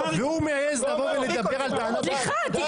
והוא מעז לבוא ולדבר על טענת נושא חדש --- חבר הכנסת קרעי,